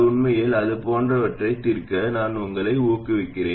உண்மையில் அது போன்றவற்றைத் தீர்க்க நான் உங்களை ஊக்குவிக்கிறேன்